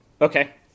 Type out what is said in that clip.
Okay